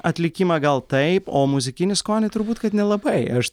atlikimą gal taip o muzikinį skonį turbūt kad nelabai aš